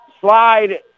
Slide